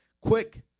Quick